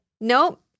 Nope